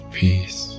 peace